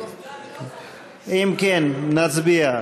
אם כן, נצביע.